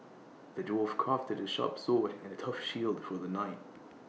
the dwarf crafted A sharp sword and A tough shield for the knight